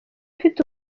ufite